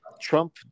Trump